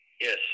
yes